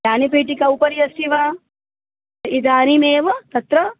यानपेटिका उपरि अस्ति वा इदानीमेव तत्र